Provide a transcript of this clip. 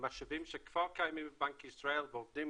במשאבים שכבר קיימים בבנק ישראל ועובדים